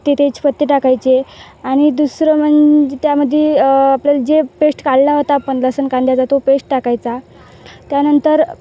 ते तेजपत्ते टाकायचे आणि दुसरं म्हणजे त्यामध्ये आपल्याला जे पेस्ट काढला होता आपण लसूण कांद्याचा तो पेस्ट टाकायचा त्यानंतर